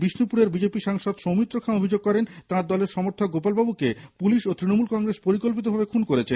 বিষ্ণুপুরের বিজেপি সাংসদ সৌমিত্র খাঁ অভিযোগ করেন তাঁর দলের সমর্থক গোপালবাবুকে পুলিশ ও তৃণমূল কংগ্রেস পরিকল্পিতভাবে খুন করেছে